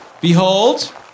Behold